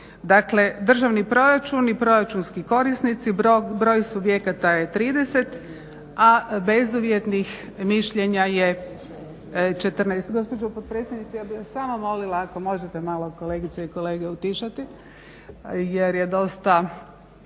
Dakle, državni proračun i proračunski korisnici, broj subjekata je 30, a bezuvjetnih mišljenja je 14. Gospođo potpredsjednice ja bih vas samo molila ako možete malo kolegice i kolege utišati jer je dosta